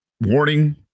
warning